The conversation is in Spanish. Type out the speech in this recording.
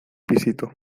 pisito